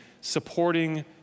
supporting